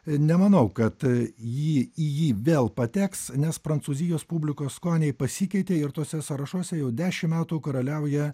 nemanau kad jį į jį vėl pateks nes prancūzijos publikos skoniai pasikeitė ir tuose sąrašuose jau dešimt metų karaliauja